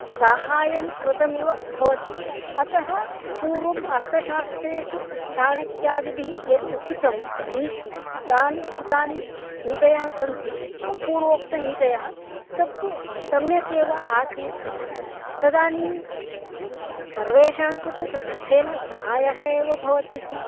साहाय्यं कृतमिव भवति अतः पूर्वम् अर्थशास्त्रेषु चाणक्यादिभिः यद् उक्तं नीत् यानि उक्तानि नीतयः सन्ति नाम पूर्वोक्तनीतयः तत्तु सम्यगेव आसीत् तदानीं सर्वेषां कृते तद् तेन साहाय्यम् एव भवति स्म